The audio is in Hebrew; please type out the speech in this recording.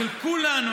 של כולנו,